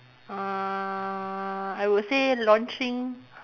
uh I would say launching